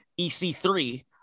EC3